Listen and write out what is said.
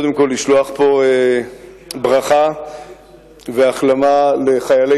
קודם כול לשלוח מפה ברכה והחלמה לחיילי